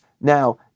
Now